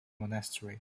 monastery